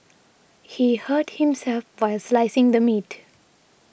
he hurt himself while slicing the meat